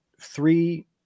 three